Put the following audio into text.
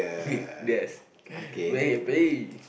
that is very